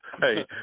Hey